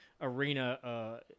arena